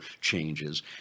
changes